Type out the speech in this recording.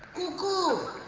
googoo!